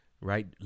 right